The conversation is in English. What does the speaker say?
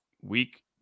week